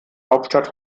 hauptstadt